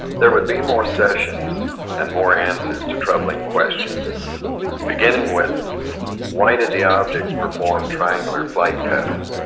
there would be more sessions and more answers to troubling questions beginning with why did the objects perform triangular flight patterns?